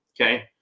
Okay